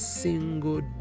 single